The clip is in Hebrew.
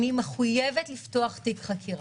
אני מחויבת לפתוח תיק חקירה.